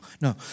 No